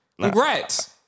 Congrats